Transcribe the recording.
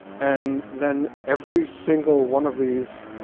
and then every single one of these.